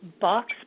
box